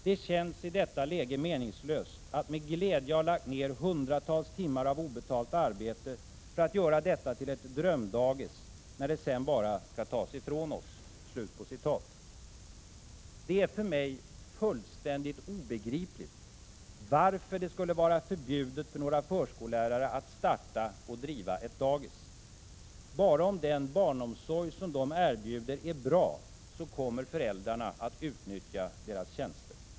Det känns i detta läge meningslöst att med glädje ha lagt ner 100-tals timmar av obetalt arbete för att göra detta till ett drömdagis när det sedan bara ska tas ifrån OSS.” Det är för mig fullständigt obegripligt varför det skulle vara förbjudet för några förskollärare att starta och driva ett dagis. Bara om den barnomsorg de erbjuder är bra kommer föräldrar att utnyttja deras tjänster.